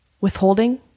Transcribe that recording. withholding